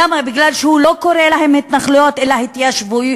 למה, כי הוא לא קורא להן התנחלויות אלא התיישבות?